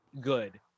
good